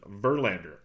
Verlander